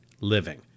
living